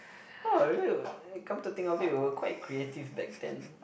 oh come to think of it we were quite creative back then